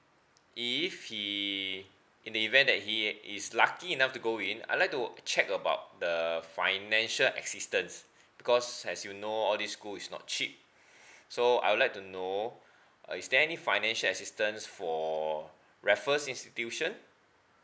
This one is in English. if he in the event that he is lucky enough to go in I'd like to check about the financial assistance because as you know all these school is not cheap so I would like to know uh is there any financial assistance for raffles institution